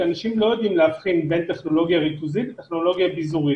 כי אנשים לא יודעים להבחין בין טכנולוגיה ריכוזית לטכנולוגיה ביזורית.